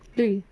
what thing